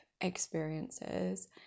experiences